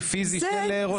פיזי של ראש ממשלה.